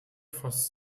fasst